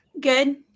good